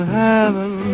heaven